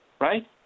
right